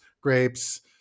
grapes